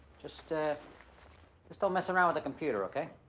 just ah just don't mess around with the computer, okay?